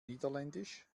niederländisch